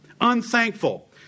Unthankful